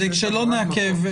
כדי שלא נעכב,